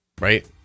right